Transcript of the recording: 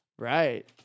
Right